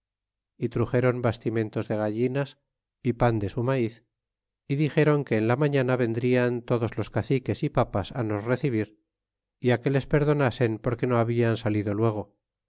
y truxéron bastimentos de gallinas y pan de su maiz dixeron que en la mañana vendrian todos los caciques y papas nos recibir é á que les perdonasen porque no hablan salido luego